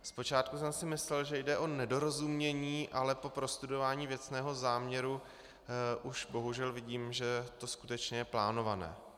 Zpočátku jsem si myslel, že jde o nedorozumění, ale po prostudování věcného záměru už bohužel vidím, že to skutečně je plánované.